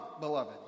beloved